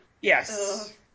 Yes